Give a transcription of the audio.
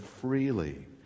freely